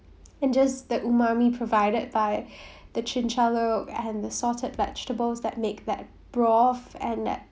and just that umami provided by the and assorted vegetables that make that broth and that